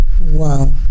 Wow